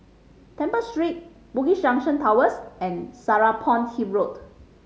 Temple Street Bugis Junction Towers and Serapong Hill Road